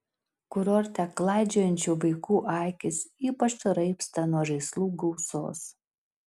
kurorte klaidžiojančių vaikų akys ypač raibsta nuo žaislų gausos